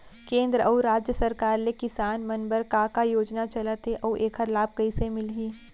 केंद्र अऊ राज्य सरकार ले किसान मन बर का का योजना चलत हे अऊ एखर लाभ कइसे मिलही?